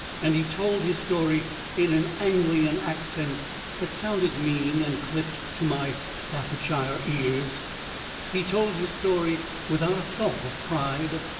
and he told his story in an anglian accent that sounded mean and clipped to my staffordshire ears he told his story without a thought of pride,